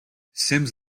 simms